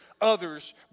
others